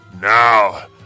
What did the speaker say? Now